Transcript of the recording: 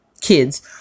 kids